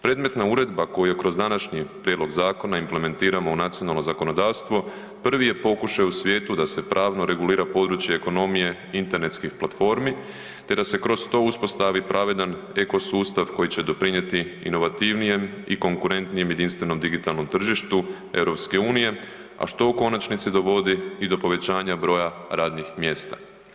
Predmetna uredba koju kroz današnji prijedlog zakona implementiramo u nacionalno zakonodavstvo, prvi je pokušaj u svijetu da se pravno regulira područje ekonomije i internetskih platformi te da se kroz to uspostavi pravedan eko sustav koji će doprinijeti inovativnijem i konkretnijem jedinstvenom digitalnom tržištu EU-a a što u konačnici dovodi i do povećanja broja radnih mjesta.